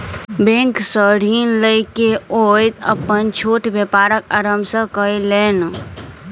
bank सॅ ऋण लय के ओ अपन छोट व्यापारक आरम्भ कयलैन